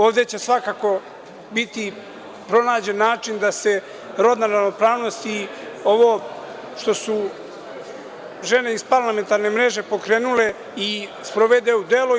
Ovde će svakako biti pronađen način da se rodna ravnopravnost i ovo što su Žene iz parlamentarne mreže pokrenule i da se sprovede u delo.